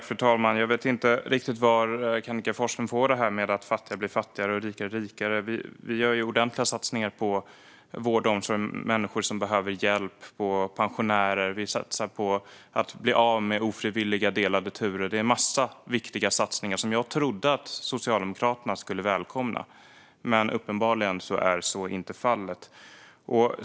Fru talman! Jag vet inte riktigt varifrån Kenneth G Forslund får det här med att fattiga blir fattigare och rika blir rikare; vi gör ju ordentliga satsningar på vård och omsorg, på människor som behöver hjälp och på pensionärer, och vi satsar på att bli av med ofrivilliga delade turer. Det är en massa viktiga satsningar som jag trodde att Socialdemokraterna skulle välkomna, men så är uppenbarligen inte fallet.